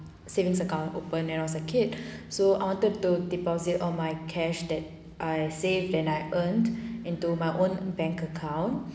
savings account open when I was a kid so I wanted to deposit all my cash that I save that I earned into my own bank account